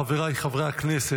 חבריי חברי הכנסת,